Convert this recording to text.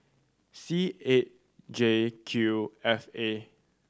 C eight J Q F A